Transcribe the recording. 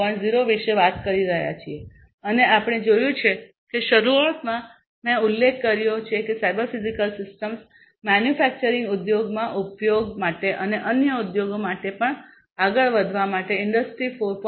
0 વિશે વાત કરી રહ્યા છીએ અને આપણે જોયું છે કે શરૂઆતમાં મેં ઉલ્લેખ કર્યો છે કે સાયબર ફિઝિકલ સિસ્ટમ્સ મેન્યુફેક્ચરિંગ ઉદ્યોગમાં ઉપયોગ માટે અને અન્ય ઉદ્યોગો માટે પણ આગળ વધવા માટે ઇન્ડસ્ટ્રી 4